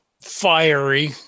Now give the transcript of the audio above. fiery